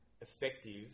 effective